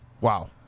Wow